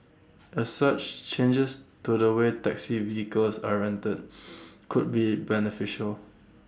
as such changes to the way taxi vehicles are rented could be beneficial